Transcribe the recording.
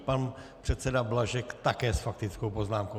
Pan předseda Blažek také s faktickou poznámkou.